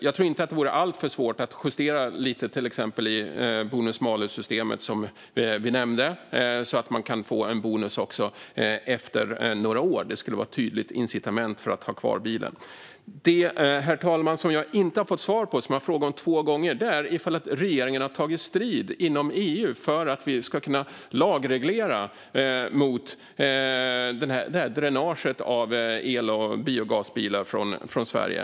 Jag tror inte att det vore alltför svårt att justera lite till exempel i bonus-malus-systemet, som vi nämnde, så att man kan få en bonus även efter några år. Det skulle vara ett tydligt incitament för att ha kvar bilen. Herr talman! Det som jag inte har fått svar på, trots att jag har frågat om det två gånger, är om regeringen har tagit strid inom EU för att vi ska kunna lagreglera mot dränaget av elbilar och biogasbilar från Sverige.